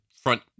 front